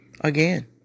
again